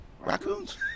raccoons